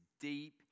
deep